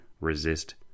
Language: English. resist